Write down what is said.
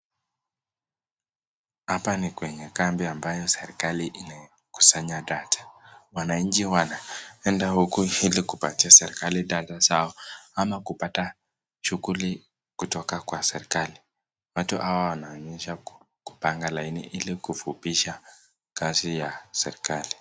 Hapa ni kwenye kambi ambayo serikali inakusanya data . Wananchi wanaenda huku ili kupatia serikali data zao ama kupata shughuli kutoka kwa serikali. Watu hawa wanaonyesha kupanga laini ili kufupisha kazi ya serikali.